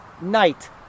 night